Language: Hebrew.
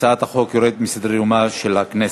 הצעת החוק יורדת מסדר-היום של הכנסת.